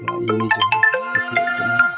ᱤᱧ ᱦᱚᱧ ᱠᱩᱥᱤᱭᱟᱜ ᱠᱟᱱᱟ